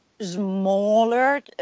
smaller